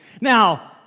Now